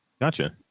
gotcha